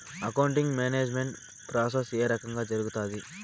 accounting management process ఏ రకంగా జరుగుతాది